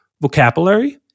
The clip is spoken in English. vocabulary